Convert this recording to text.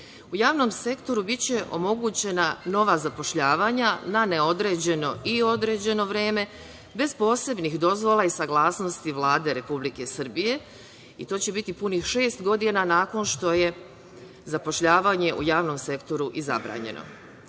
u javnom sektoru biće omogućena nova zapošljavanja na neodređeno i određeno vreme, bez posebnih dozvola i saglasnosti Vlade Republike Srbije. To će biti punih šest godina nakon što je zapošljavanje u javnom sektoru i zabranjeno. Državna